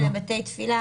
למלונות ולבתי תפילה.